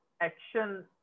action